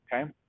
okay